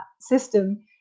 system